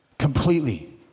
completely